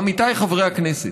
עמיתיי חברי הכנסת,